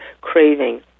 craving